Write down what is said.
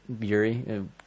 Yuri